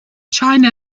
china